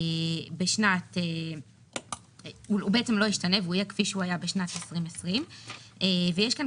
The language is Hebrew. הוא לא ישתנה ויהיה כפי שהוא היה בשנת 2020 ויש כאן